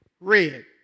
red